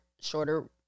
shorter